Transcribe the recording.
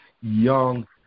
young